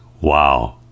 Wow